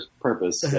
purpose